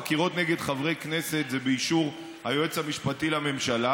חקירות נגד חברי כנסת זה באישור היועץ המשפטי לממשלה,